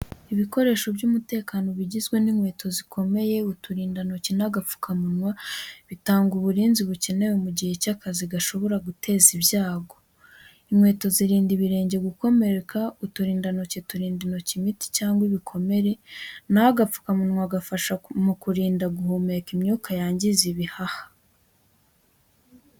Ibikoresho by’umutekano bigizwe n’inkweto zikomeye, uturindantoki, n’agapfukamunwa bitanga uburinzi bukenewe mu gihe cy’akazi gashobora guteza ibyago. Inkweto zirinda ibirenge gukomereka, uturindantoki turinda intoki imiti cyangwa ibikomere, na ho agapfukamunwa kagafasha mu kurinda guhumeka imyuka yangiza ibihaha.